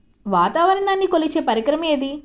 వాతావరణాన్ని కొలిచే పరికరం ఏది?